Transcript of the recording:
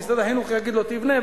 משרד החינוך יגיד לו: תבנה,